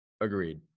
Agreed